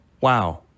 wow